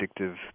addictive